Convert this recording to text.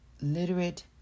literate